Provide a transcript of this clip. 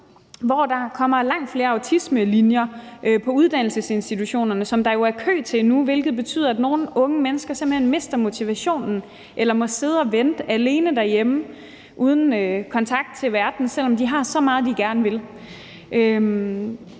hvor der kommer langt flere autismelinjer på uddannelsesinstitutionerne, som der jo er kø til nu, hvilket betyder, at nogle unge mennesker simpelt hen mister motivationen eller må sidde og vente alene derhjemme uden kontakt til verden, selv om de har så meget, de gerne vil.